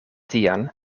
tian